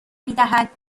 میدهد